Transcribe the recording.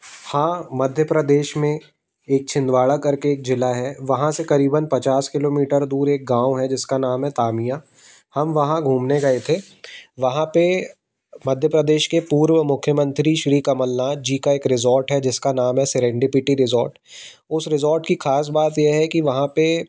हाँ मध्य प्रदेश में एक छिंदवाड़ा करके एक ज़िला है वहाँ से करीबन पचास किलोमीटर दूर एक गाँव है जिसका नाम है तामिया हम वहाँ घूमने गए थे वहाँ पे मध्य प्रदेश के पूर्व मुख्यमंत्री श्री कमल नाथ जी का एक रिज़ोर्ट है जिसका नाम है सिरेंडिपिटी रिसोर्ट उस रिज़ोर्ट की ख़ास बात ये है कि वहाँ पे